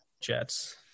Jets